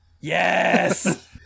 Yes